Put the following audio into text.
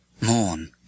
Morn